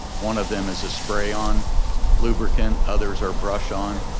one of them is a spray on lubricant, others are brush on,